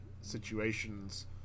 situations